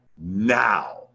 now